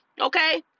okay